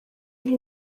nti